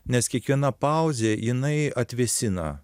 nes kiekviena pauzė jinai atvėsina